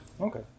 Okay